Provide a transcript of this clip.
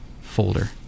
folder